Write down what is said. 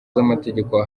z’amategeko